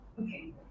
Okay